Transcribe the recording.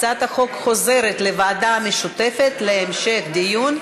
הצעת החוק חוזרת לוועדה המשותפת להמשך דיון,